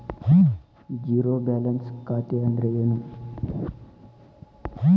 Zero balance ಖಾತೆ ಅಂದ್ರೆ ಏನು?